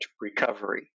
recovery